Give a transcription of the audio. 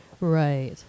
Right